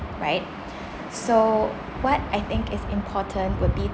right so what I think is important will be